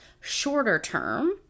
shorter-term